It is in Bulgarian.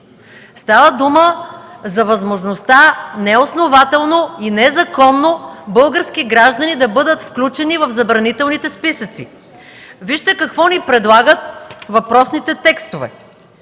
Става дума за възможността неоснователно и незаконно български граждани да бъдат включени в забранителните списъци. Вижте какво ни предлагат въпросните текстове.